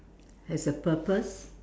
has a purpose